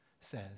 says